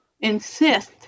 insist